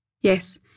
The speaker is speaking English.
Yes